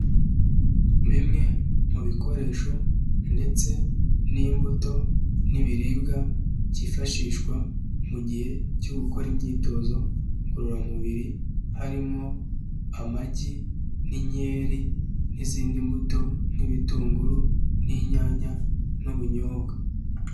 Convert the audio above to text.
Bimwe mu bikoresho ndetse n'imbuto n'ibiribwa byifashishwa mu gihe cyo gukora imyitozo ngororamubiri, harimo amagi n'inkeri n'izindi mbuto nk'ibitunguru n'inyanya n'ubunyobwa.